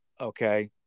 Okay